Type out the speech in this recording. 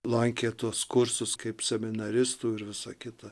lankė tuos kursus kaip seminaristų ir visa kita